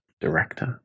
director